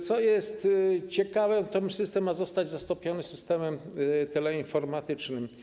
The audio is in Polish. Co ciekawe, ten system ma zostać zastąpiony systemem teleinformatycznym.